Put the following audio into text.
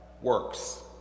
works